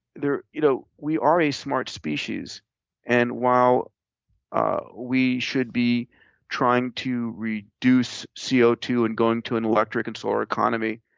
you know we are a smart species and while we should be trying to reduce c o two and going to an electric and solar economy,